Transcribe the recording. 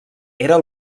era